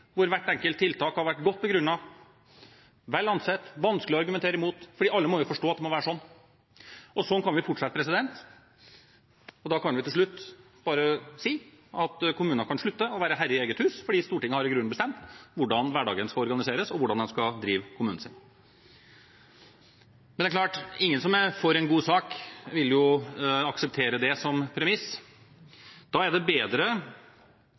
hvor hvert enkelt tiltak har vært godt begrunnet, vel ansett og vanskelig å argumentere imot, fordi alle må forstå at det må være slik. Og slik kan vi fortsette. Da kan vi til slutt bare si at kommunene kan slutte å være herre i eget hus, fordi Stortinget i grunnen har bestemt hvordan hverdagen skal organiseres, og hvordan en skal drive kommunen sin. Men det er klart at ingen som er for en god sak, vil akseptere det som premiss. Da er det bedre